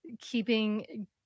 keeping –